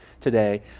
today